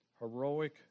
heroic